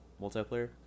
multiplayer